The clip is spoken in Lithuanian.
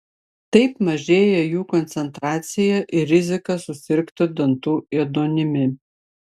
taip mažėja jų koncentracija ir rizika susirgti dantų ėduonimi